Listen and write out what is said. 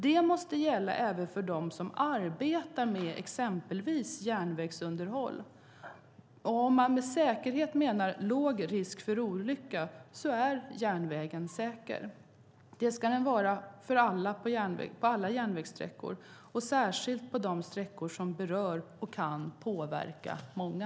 Det måste gälla även för dem som arbetar med exempelvis järnvägsunderhåll. Om man med säkerhet menar låg risk för olycka, så är järnvägen säker. Det ska den vara på alla järnvägssträckor, särskilt på de sträckor som berör och kan påverka många.